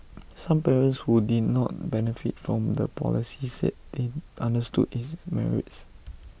some parents who did not benefit from the policy said they understood its merits